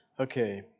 Okay